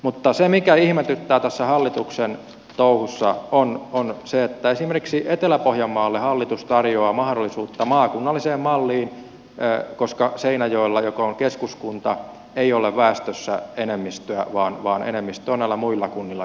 mutta se mikä ihmetyttää tässä hallituksen touhussa on se että esimerkiksi etelä pohjanmaalle hallitus tarjoaa mahdollisuutta maakunnalliseen malliin koska seinäjoella joka on keskuskunta ei ole väestössä enemmistöä vaan enemmistö on näillä muilla kunnilla yhteenlaskettuna